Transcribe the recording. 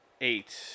eight